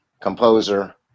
composer